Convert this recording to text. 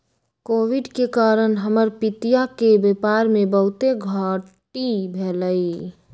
Covid के कारण हमर पितिया के व्यापार में बहुते घाट्टी भेलइ